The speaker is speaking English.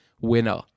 winner